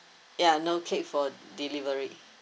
ya no cake for delivery